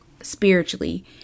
spiritually